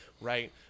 right